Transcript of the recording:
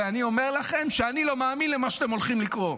ואני אומר לכם שאני לא מאמין למה שאתם הולכים לקרוא,